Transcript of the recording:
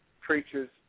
Preachers